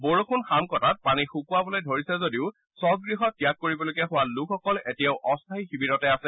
বৰষুণ শাম কটাত পানী শুকুৱাবলৈ ধৰিছে যদিও স্বগৃহ ত্যাগ কৰিবলগীয়া হোৱা লোকসকল এতিয়াও অস্থায়ী শিবৰতে আছে